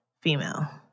female